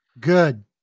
Good